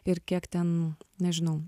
ir kiek ten nežinau